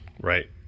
Right